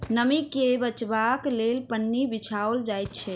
नमीं के बचयबाक लेल पन्नी बिछाओल जाइत छै